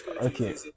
Okay